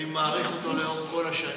אני מעריך אותו לאורך כל השנים.